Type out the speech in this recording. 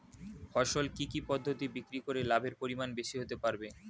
ফসল কি কি পদ্ধতি বিক্রি করে লাভের পরিমাণ বেশি হতে পারবে?